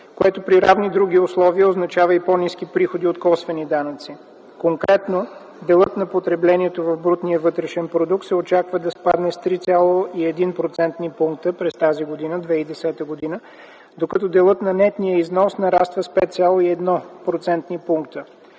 което при равни други условия означава и по-ниски приходи от косвени данъци. Конкретно, делът на потреблението в брутния вътрешен продукт се очаква да спадне с 3,1 процентни пункта през тази – 2010 г., докато делът на нетния износ нараства с 5,1 процентни